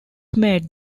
made